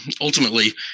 ultimately